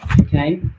okay